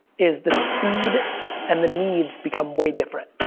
is the speed and the needs become way different.